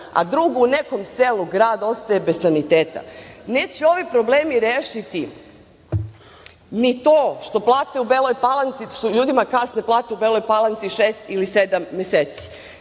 a drugo u nekom selu, grad ostaje bez saniteta. Neće ovi problemi rešiti ni to što ljudima kasne plate u Beloj Palanci šest ili sedam meseci.